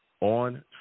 on